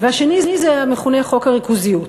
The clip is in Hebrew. והשני הוא המכונה חוק הריכוזיות.